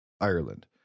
Ireland